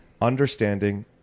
understanding